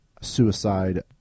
suicide